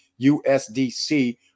USDC